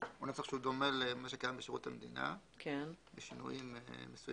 הוא נוסח שדומה למה שקיים בשירות המדינה בשינויים מסוימים.